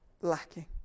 lacking